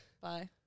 Bye